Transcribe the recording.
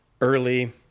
early